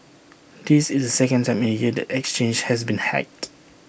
this is the second time in A year the exchange has been hacked